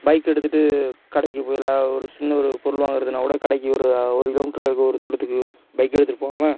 பைக்கை எடுத்துட்டு கடைக்கு போயிலாம் ஒரு சின்ன ஒரு பொருள் வாங்கிறதுனா கூட கடைக்கு ஒரு ஒரு கிலோ மீட்டரில் இருக்கற ஒரு தூரத்துக்கு பைக்கை எடுத்துகிட்டு போகாமல்